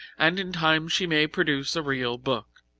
and in time she may produce a real book